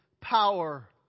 power